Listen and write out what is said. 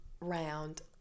round